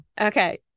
okay